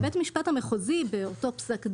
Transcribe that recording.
בית המשפט המחוזי, באותו פסק דין,